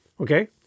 Okay